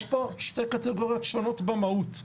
יש פה שתי קטגוריות שונות במהות.